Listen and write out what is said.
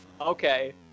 Okay